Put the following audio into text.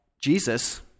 Jesus